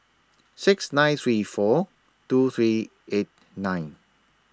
six nine three four two three eight nine